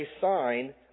sign